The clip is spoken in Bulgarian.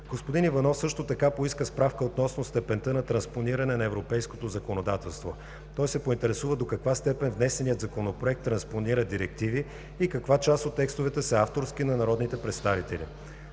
Господин Иванов също така поиска справка относно степента на транспониране на европейското законодателство. Той се поинтересува до каква степен внесеният Законопроект транспонира директиви и каква част от текстовете са авторски на народните представители.